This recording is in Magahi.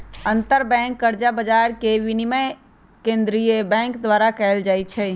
अंतरबैंक कर्जा बजार के विनियमन केंद्रीय बैंक द्वारा कएल जाइ छइ